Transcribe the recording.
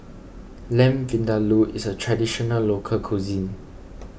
Lamb Vindaloo is a Traditional Local Cuisine